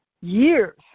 years